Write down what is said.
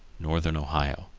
northern ohio.